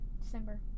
December